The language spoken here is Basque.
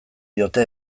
diote